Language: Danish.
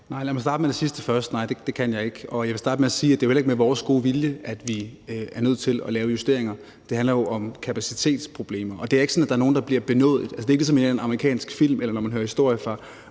(S): Lad mig starte med det sidste først: Nej, det kan jeg ikke. Og jeg vil sige, at det heller ikke er med vores gode vilje, at vi er nødt til at lave justeringer. Det handler jo om kapacitetsproblemer. Og det er ikke sådan, at der er nogle, der bliver benådet. Altså, det er ikke ligesom i en eller anden amerikansk film, eller som når man hører historier